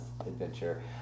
adventure